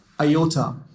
IOTA